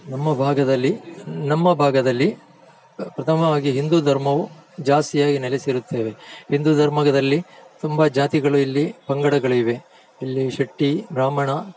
ನಮ್ಮ ಭಾಗದಲ್ಲಿ ನಮ್ಮ ಭಾಗದಲ್ಲಿ ಪ್ರಥಮವಾಗಿ ಹಿಂದೂ ಧರ್ಮವು ಜಾಸ್ತಿಯಾಗಿ ನೆಲೆಸಿರುತ್ತೇವೆ ಹಿಂದೂ ಧರ್ಮದಲ್ಲಿ ತುಂಬ ಜಾತಿಗಳು ಇಲ್ಲಿ ಪಂಗಡಗಳಿವೆ ಇಲ್ಲಿ ಶೆಟ್ಟಿ ಬ್ರಾಹ್ಮಣ